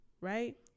right